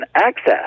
access